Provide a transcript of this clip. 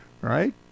right